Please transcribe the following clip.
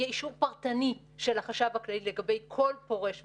סיכמנו שיהיה אישור פרטני של החשב הכללי לגבי כל פורש ופורש.